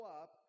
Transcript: up